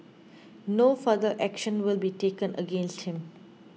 no further action will be taken against him